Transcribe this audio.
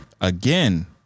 again